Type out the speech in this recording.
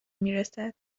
میرسد